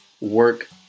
work